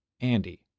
Andy